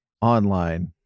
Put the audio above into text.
online